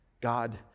God